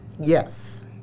Yes